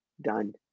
done